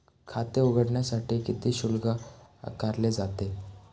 खाते उघडण्यासाठी किती शुल्क आकारले जाते?